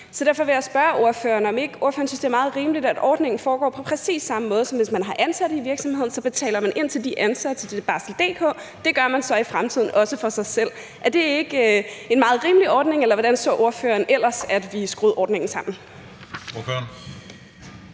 Derfor vil jeg spørge ordføreren, om ikke ordføreren synes, det er meget rimeligt, at ordningen foregår på præcis samme måde, som når man har ansatte i en virksomhed, hvor man betaler ind til de ansatte på Barsel.dk, hvilket man så også i fremtiden gør for sig selv. Er det ikke en meget rimelig ordning, eller hvordan kunne ordføreren ellers tænke sig at vi skruede ordningen sammen? Kl.